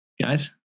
guys